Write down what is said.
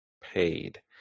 paid